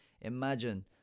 imagine